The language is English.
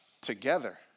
together